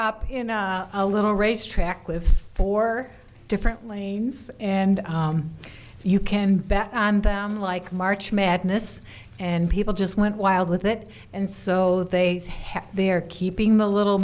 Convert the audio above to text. up in a little racetrack with four different lanes and you can bet like march madness and people just went wild with it and so they have they're keeping the little